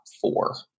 four